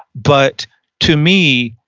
but to me,